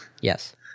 Yes